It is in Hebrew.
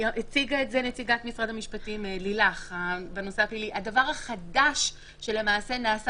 הדבר החדש שנעשה,